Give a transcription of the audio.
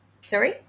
sorry